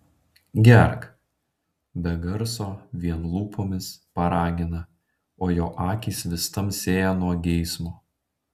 gerk be garso vien lūpomis paragina o jo akys vis tamsėja nuo geismo